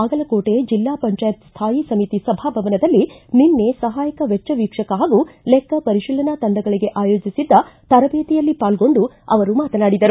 ಬಾಗಲಕೋಟೆ ಜಿಲ್ಲಾ ಪಂಚಾಯತ್ ಸ್ವಾಯಿ ಸಮಿತಿ ಸಭಾಭವನದಲ್ಲಿ ನಿನ್ನೆ ಸಹಾಯಕ ವೆಚ್ಚ ವೀಕ್ಷಕ ಹಾಗೂ ಲೆಕ್ಕ ಪರಿಶೀಲನಾ ತಂಡಗಳಗೆ ಆಯೋಜಿಸಿದ್ದ ತರಬೇತಿಯಲ್ಲಿ ಪಾರ್ಗೊಂಡು ಅವರು ಮಾತನಾಡಿದರು